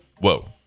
whoa